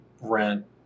rent